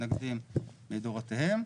מתנגדים לדורותיהם.